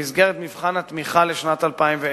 במסגרת מבחן התמיכה לשנת 2010,